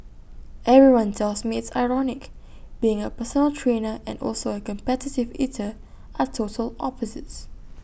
everyone tells me it's ironic being A personal trainer and also A competitive eater are total opposites